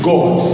God